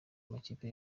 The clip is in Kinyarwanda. amakipe